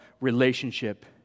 relationship